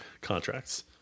contracts